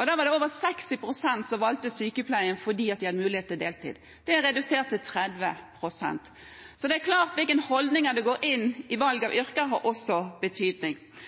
Da var det over 60 pst. som valgte sykepleien fordi de hadde mulighet til deltid. Det er redusert til 30 pst. Det er klart at hvilke holdninger en går inn i valg av yrker med, har også betydning.